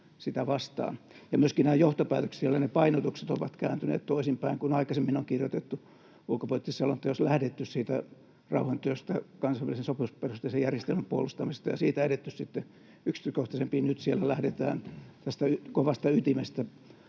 sitä vastaan. Ja myöskin nämä johtopäätökset ja painotukset ovat kääntyneet toisinpäin kuin aikaisemmin on kirjoitettu. Ulkopoliittisessa selonteossa on lähdetty rauhantyöstä, kansainvälisen sopimusperusteisen järjestelmän puolustamisesta, ja siitä edetty sitten yksityiskohtaisempiin. Nyt siellä lähdetään tästä kovasta ytimestä,